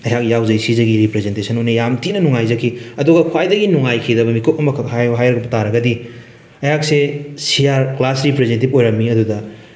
ꯑꯩꯍꯥꯛ ꯌꯥꯎꯖꯩ ꯁꯤꯖꯒꯤ ꯔꯤꯄ꯭ꯔꯖꯦꯟꯇꯦꯁꯟ ꯑꯣꯏꯅ ꯌꯥꯝ ꯊꯤꯅ ꯅꯨꯡꯉꯥꯏꯖꯈꯤ ꯑꯗꯨꯒ ꯈ꯭ꯋꯥꯏꯗꯒꯤ ꯅꯨꯡꯉꯥꯏꯈꯤꯗꯕ ꯃꯤꯀꯨꯞ ꯑꯃꯈꯛ ꯍꯥꯏꯌꯨ ꯍꯥꯏꯕ ꯇꯥꯔꯒꯗꯤ ꯑꯩꯍꯥꯛꯁꯦ ꯁꯤ ꯑꯥꯔ ꯀ꯭ꯂꯥꯁ ꯔꯤꯄ꯭ꯔꯖꯦꯟꯇꯦꯇꯤꯞ ꯑꯣꯏꯔꯝꯃꯤ ꯑꯗꯨꯗ